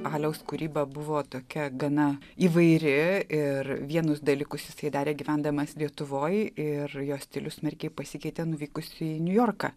aliaus kūryba buvo tokia gana įvairi ir vienus dalykus jisai darė gyvendamas lietuvoj ir jo stilius smarkiai pasikeitė nuvykusi į niujorką